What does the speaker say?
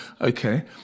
okay